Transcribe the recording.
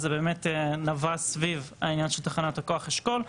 וזה באמת נבע סביב העניין של תחנת הכוח אשכול.